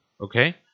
okay